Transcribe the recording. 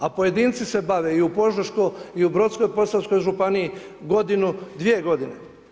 A pojedinci se bave i u Požeškoj, i u Brodsko-posavskoj županiji godinu, dvije godine.